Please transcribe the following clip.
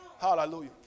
Hallelujah